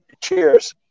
cheers